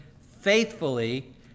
faithfully